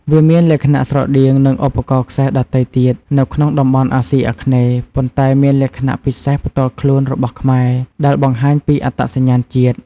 វាមានលក្ខណៈស្រដៀងនឹងឧបករណ៍ខ្សែដទៃទៀតនៅក្នុងតំបន់អាស៊ីអាគ្នេយ៍ ប៉ុន្តែមានលក្ខណៈពិសេសផ្ទាល់ខ្លួនរបស់ខ្មែរ ដែលបង្ហាញពីអត្តសញ្ញាណជាតិ។